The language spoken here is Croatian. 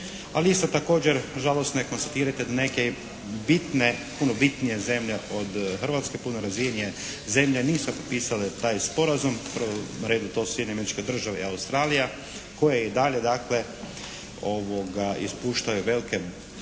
Ali isto također žalosno je konstatirati da neke bitne, puno bitnije zemlje od Hrvatske, puno razvijenije zemlje nisu potpisale taj sporazum. U prvom redu to su Sjedinjene Američke Države i Australija, koja je i dalje dakle ispuštaju velike